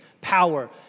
power